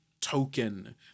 token